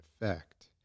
effect